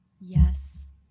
Yes